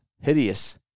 hideous